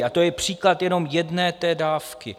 A to je příklad jenom jedné té dávky.